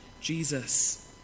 Jesus